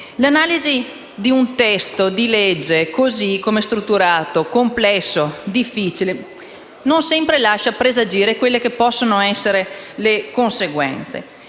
L'analisi di un testo di legge, così come è strutturato, complesso e difficile, non sempre lascia presagire le possibili conseguenze.